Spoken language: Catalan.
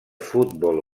futbol